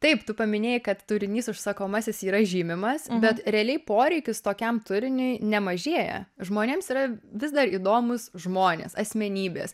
taip tu paminėjai kad turinys užsakomasis yra žymimas bet realiai poreikis tokiam turiniui nemažėja žmonėms yra vis dar įdomūs žmonės asmenybės